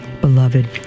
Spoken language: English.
beloved